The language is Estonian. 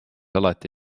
alati